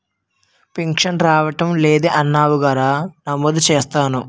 pension రావడం లేదని అన్నావుగా రా నమోదు చేస్తాను